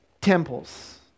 temples